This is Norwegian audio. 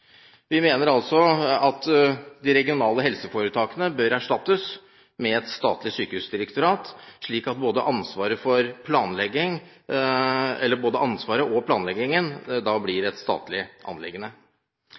Vi mener altså at de regionale helseforetakene bør erstattes med et statlig sykehusdirektorat, slik at både ansvaret og planleggingen blir